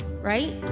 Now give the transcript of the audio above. right